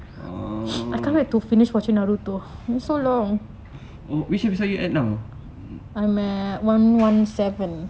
err oh which episode you are at now